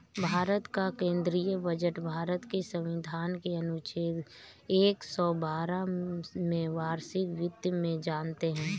भारत का केंद्रीय बजट भारत के संविधान के अनुच्छेद एक सौ बारह में वार्षिक वित्त में जानते है